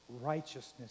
righteousness